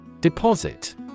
Deposit